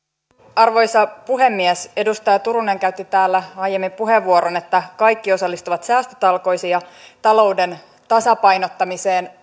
arvoisa puhemies edustaja turunen käytti täällä aiemmin puheenvuoron että kaikki osallistuvat säästötalkoisiin ja talouden tasapainottamiseen